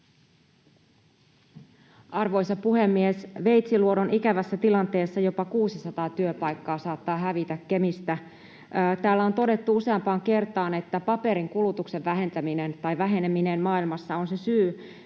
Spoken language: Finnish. Arvoisa puhemies! Veitsiluodon ikävässä tilanteessa jopa 600 työpaikkaa saattaa hävitä Kemistä. Täällä on todettu useampaan kertaan, että paperin kulutuksen väheneminen maailmassa on se syy,